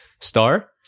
star